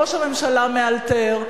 ראש הממשלה מאלתר,